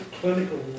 clinical